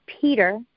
Peter